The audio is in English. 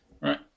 right